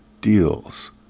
deals